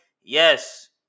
Yes